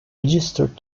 registered